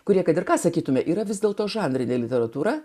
kurie kad ir ką sakytumėme yra vis dėl to žanrinė literatūra